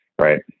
right